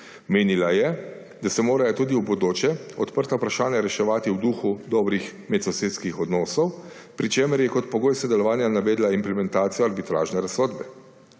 Menila je, da se morajo tudi v bodoče odprta vprašanja reševati v duhu dobrih medsosedskih odnosov, pri čemer je kot pogoj sodelovanja navedla implementacijo arbitražne razsodbe.